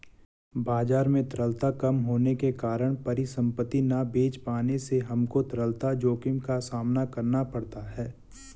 बाजार में तरलता कम होने के कारण परिसंपत्ति ना बेच पाने से हमको तरलता जोखिम का सामना करना पड़ता है